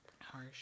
Harsh